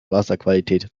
wasserqualität